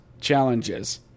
challenges